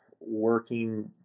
working